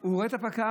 הוא רואה את הפקח,